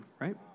right